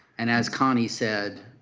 and as conni said,